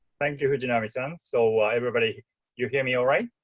thank you fujinami san. so everybody you hear me. all right.